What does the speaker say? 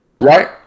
right